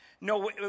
No